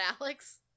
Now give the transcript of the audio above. Alex